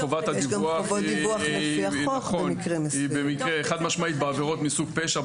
חובת הדיווח היא במקרה חד-משמעי בעבירות מסוג פשע,